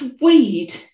weed